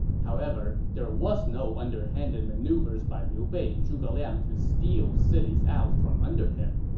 however, there was no underhanded maneuvers by liu bei and zhuge liang to steal cities out from under him.